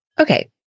Okay